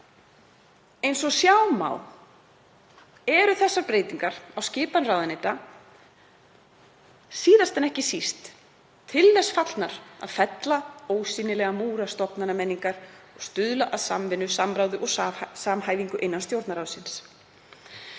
„Eins og sjá má eru þessar breytingar á skipan ráðuneyta síðast en ekki síst til þess fallnar að fella ósýnilega múra stofnanamenningar og stuðla að samvinnu, samráði og samhæfingu innan Stjórnarráðsins.“